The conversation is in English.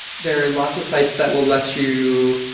there are lots of sites that will let you